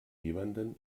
jemanden